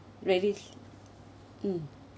really mm